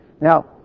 Now